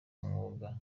umwuga